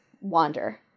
wander